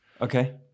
Okay